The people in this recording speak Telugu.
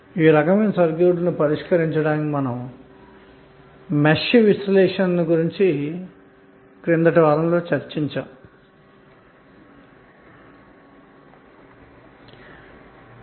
ఈ రకమైన సర్క్యూట్లను పరిష్కరించడానికిమనము మెష్ విశ్లేషణ గురించి గత వారంలో తెలుసుకోవటం జరిగింది